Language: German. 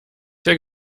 sehr